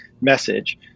message